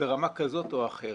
ברמה כזאת או אחרת